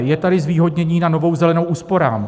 Je tady zvýhodnění na Novou zelenou úsporám.